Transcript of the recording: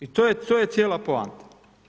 I to je cijela poanta.